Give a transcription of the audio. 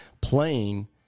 playing